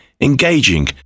engaging